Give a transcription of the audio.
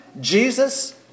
Jesus